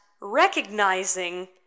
recognizing